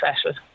special